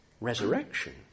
resurrection